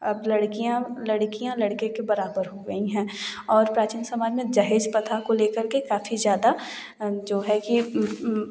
अब लड़कियाँ लड़कियाँ लड़के के बराबर हो गई हैं और प्राचीन समाज में दहेज प्रथा को लेकर के काफ़ी ज़्यादा जो है कि